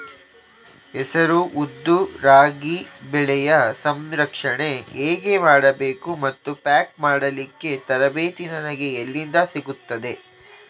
ಹೆಸರು, ಉದ್ದು, ರಾಗಿ ಬೆಳೆಯ ಸಂಸ್ಕರಣೆ ಹೇಗೆ ಮಾಡಬೇಕು ಮತ್ತು ಪ್ಯಾಕ್ ಮಾಡಲಿಕ್ಕೆ ತರಬೇತಿ ನನಗೆ ಎಲ್ಲಿಂದ ಸಿಗುತ್ತದೆ?